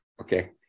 Okay